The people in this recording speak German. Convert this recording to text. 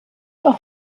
auch